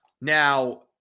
Now